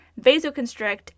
vasoconstrict